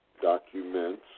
documents